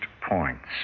points